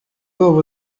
ubu